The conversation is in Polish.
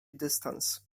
dystans